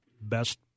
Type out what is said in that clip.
best